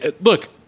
look